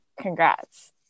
congrats